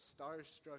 starstruck